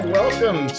welcome